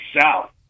south